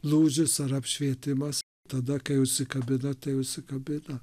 lūžis ar apšvietimas tada kai užsikabina tai užsikabina